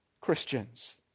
Christians